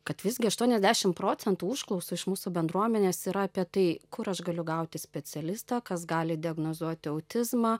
kad visgi aštuoniasdešim procentų užklausų iš mūsų bendruomenės yra apie tai kur aš galiu gauti specialistą kas gali diagnozuoti autizmą